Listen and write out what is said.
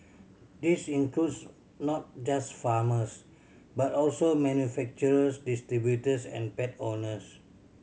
this includes not just farmers but also manufacturers distributors and pet owners